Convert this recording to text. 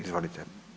Izvolite.